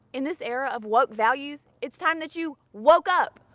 in this era of woke values, it's time that you woke up.